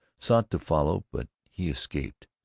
sought to follow, but he escaped,